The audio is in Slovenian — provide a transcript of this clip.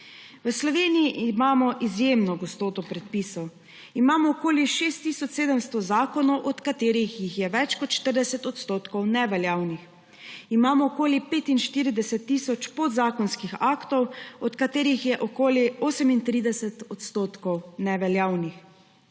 V Sloveniji imamo izjemno gostoto predpisov, imamo okoli 6 tisoč 700 zakonov, od katerih jih je več kot 40 odstotkov neveljavnih. Imamo okoli 45 tisoč podzakonskih aktov, od katerih je okoli 38 odstotkov neveljavnih.